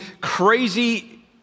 crazy